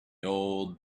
old